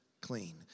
clean